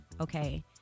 Okay